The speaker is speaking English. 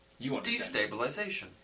Destabilization